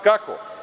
Kako?